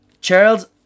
Charles